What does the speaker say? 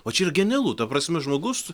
o čia yra genialu ta prasme žmogus